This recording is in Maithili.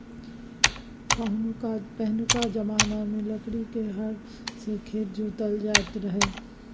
पहिनुका जमाना मे लकड़ी केर हर सँ खेत जोताएल जाइत रहय